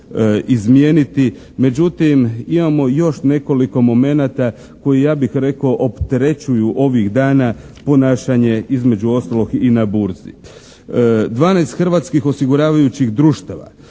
izmijeniti. Međutim, imamo još nekoliko momenata koje ja bih rekao opterećuju ovih dana ponašanje između ostalog i na burzi. 12 hrvatskih osiguravajućih društava